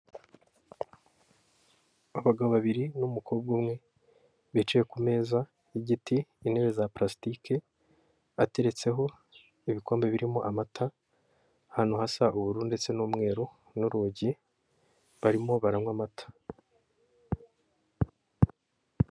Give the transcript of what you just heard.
Abagabo babiri n'umukobwa umwe bicaye ku meza y'igiti, intebe za palasitike, ateretseho ibikombe birimo amata. Ahantu hasa ubururu, ndetse n'umweru, n'urugi barimo baranywa amata.